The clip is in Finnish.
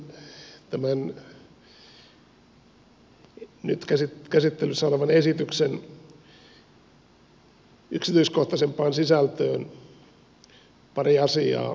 sitten tämän nyt käsittelyssä olevan esityksen yksityiskohtaisempaan sisältöön pari asiaa